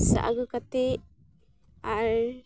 ᱥᱟᱵ ᱟᱹᱜᱩ ᱠᱟᱛᱮᱫ ᱟᱨ